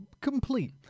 complete